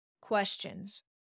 questions